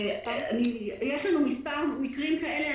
יש לנו מספר מקרים כאלה.